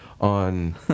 on